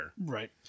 Right